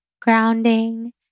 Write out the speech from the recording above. grounding